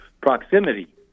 proximity